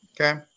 Okay